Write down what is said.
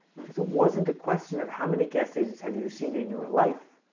it wasn't a question of how many guest agents. have you seen in your life?